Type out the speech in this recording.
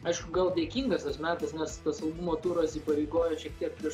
aišku gal dėkingas tas metas nes tas albumo turas įpareigojo šiek tiek prieš